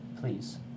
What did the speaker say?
Please